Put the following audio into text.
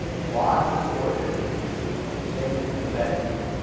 lots of storage, as you can see, in the bedroom.